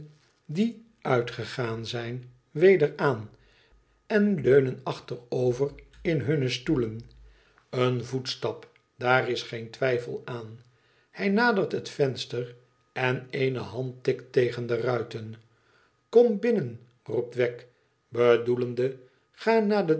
die uitgegaan zijn weder aan en leunen achterover in hunne stoelen een voetstap daar is geen twijfel aan hij nadert het venster en eene hand tikt tegen de ruiten ikom binnen roept wegg bedoelende ga naar de